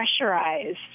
pressurized